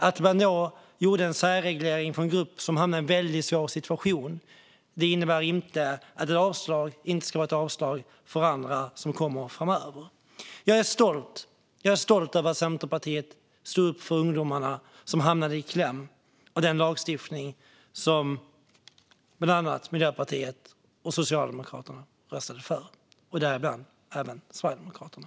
Att man då gjorde en särreglering för en grupp som hamnade i en väldigt svår situation innebär inte att ett avslag inte ska vara ett avslag för andra som kommer framöver. Jag är stolt över att Centerpartiet stod upp för ungdomarna som hamnade i kläm på grund av den lagstiftning som bland annat Miljöpartiet och Socialdemokraterna röstade för, och även Sverigedemokraterna.